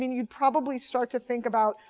you'd probably start to think about,